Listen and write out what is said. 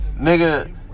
Nigga